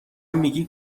میگی